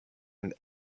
and